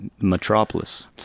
Metropolis